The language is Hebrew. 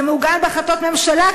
זה מעוגן בהחלטות ממשלה,